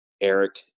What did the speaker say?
eric